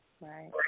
Right